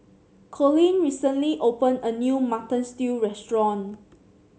Collin recently opened a new Mutton Stew restaurant